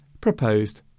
proposed